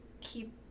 keep